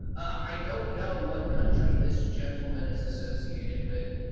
i don't know what country this gentleman is associated with,